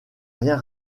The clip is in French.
rien